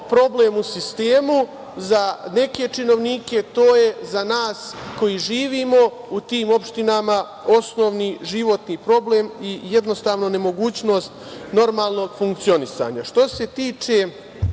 problem u sistemu, za neke činovnike, to je za nas koji živimo u tim opštinama osnovni životni problem i jednostavno nemogućnost normalnog funkcionisanja. Što se tiče